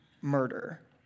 murder